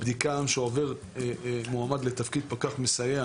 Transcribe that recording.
הבדיקה שעובר מועמד לתפקיד פקח מסייע